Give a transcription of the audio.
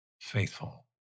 faithful